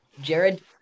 Jared